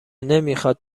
نمیخواد